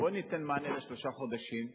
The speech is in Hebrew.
בואו ניתן מענה לשלושה חודשים.